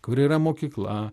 kuri yra mokykla